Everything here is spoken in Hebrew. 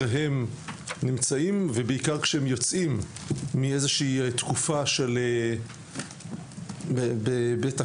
הם נמצאים ובעיקר כשהם יוצאים מאיזו שהיא תקופה בבית הכלא.